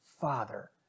Father